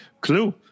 Clue